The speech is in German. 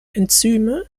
enzyme